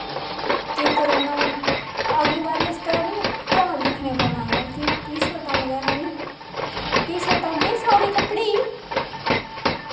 केह् करांऽ में अगली बारी आस्तै नी ध्यान रक्खना पौंना ऐ कि टीशर्टां नी टीशर्टां केह् सारे कपड़े गी